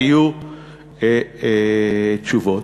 ויהיו תשובות.